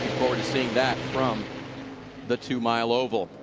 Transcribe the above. see that from the two mile ooal.